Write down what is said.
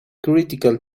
critical